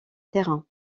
terrain